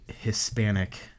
Hispanic